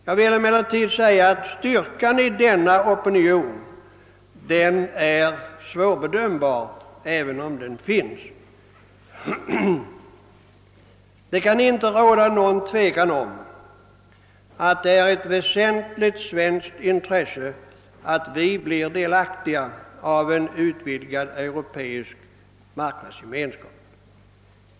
Jag vill emellertid säga att det är svårt att bedöma styrkan hos opinionen även om den finns. Det kan inte råda något tvivel om att det är av väsentligt intresse att Sverige blir delaktigt av en utvidgad europeisk marknadsgemenskap.